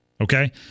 okay